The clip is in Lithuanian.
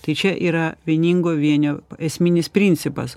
tai čia yra vieningo vienio esminis principas